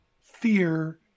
fear